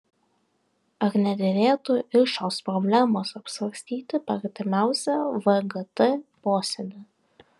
ar nederėtų ir šios problemos apsvarstyti per artimiausią vgt posėdį